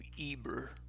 Eber